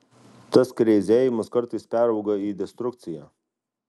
tas kreizėjimas kartais perauga į destrukciją